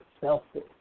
selfish